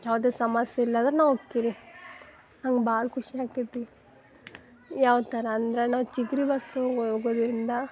ಯಾವುದೇ ಸಮಸ್ಯೆ ಇಲ್ಲ ಅಂದ್ರೆ ನಾವು ಹೋಕ್ಕೀರಿ ನಂಗೆ ಭಾಳ್ ಖುಷಿ ಆಗ್ತೈತಿ ಯಾವ ಥರ ಅಂದ್ರೆ ನಾವು ಚಿಗರಿ ಬಸ್ ಹೋಗೋದ್ರಿಂದ